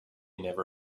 never